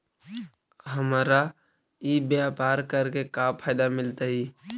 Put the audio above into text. हमरा ई व्यापार करके का फायदा मिलतइ?